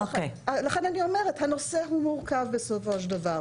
לכן אני אומרת, הנושא הוא מורכב בסופו של דבר.